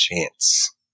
chance